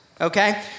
Okay